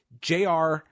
JR